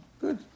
good